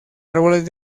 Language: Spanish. árboles